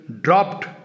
dropped